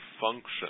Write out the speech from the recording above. function